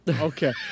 Okay